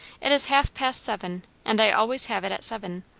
it is half-past seven, and i always have it at seven.